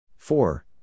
Four